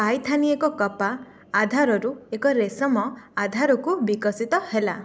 ପାଇଥାନି ଏକ କପା ଆଧାରରୁ ଏକ ରେଶମ ଆଧାରକୁ ବିକଶିତ ହେଲା